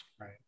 Right